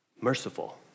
merciful